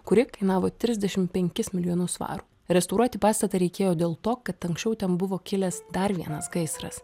kuri kainavo trisdešim penkis milijonus svarų restauruoti pastatą reikėjo dėl to kad anksčiau ten buvo kilęs dar vienas gaisras